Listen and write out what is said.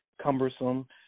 cumbersome